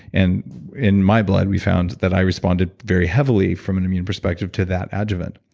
and in my blood, we found that i responded very heavily from an immune perspective to that adjuvant.